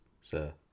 sir